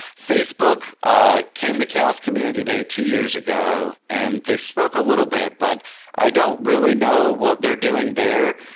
facebook ah came to chaos community day two years ago and they spoke a little bit, but i don't really know what they're doing there.